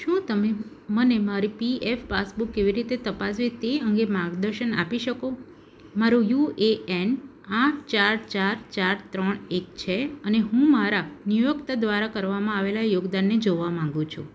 શું તમે મને મારી પીએફ પાસબુક કેવી રીતે તપાસવી તે અંગે માર્ગદર્શન આપી શકો મારો યુએએન આઠ ચાર ચાર ચાર ત્રણ એક છે અને હું મારા નિયોક્ત દ્વારા કરવામાં આવેલા યોગદાનને જોવા માંગુ છું